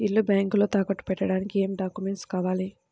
ఇల్లు బ్యాంకులో తాకట్టు పెట్టడానికి ఏమి డాక్యూమెంట్స్ కావాలి?